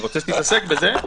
אני רוצה שתתעסק בזה.